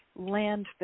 landfill